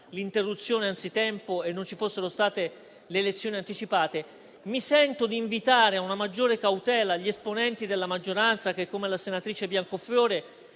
l'interruzione anzitempo e non ci fossero state le elezioni anticipate, mi sento di invitare a una maggiore cautela gli esponenti della maggioranza che, come la senatrice Biancofiore,